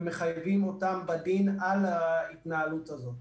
ומחייבים אותם בדין על ההתנהלות הזאת.